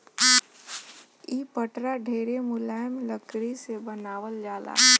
इ पटरा ढेरे मुलायम लकड़ी से बनावल जाला